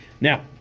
Now